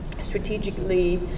strategically